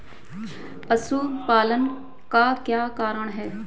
पशुपालन का क्या कारण है?